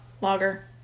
lager